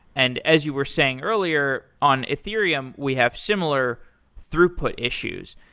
and as you were saying earlier, on ethereum, we have similar throughput issues.